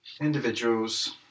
individuals